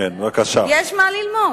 יש מה ללמוד.